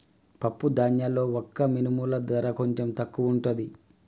పప్పు ధాన్యాల్లో వక్క మినుముల ధర కొంచెం తక్కువుంటది